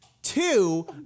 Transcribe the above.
Two